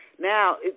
Now